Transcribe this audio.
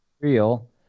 real